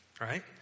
right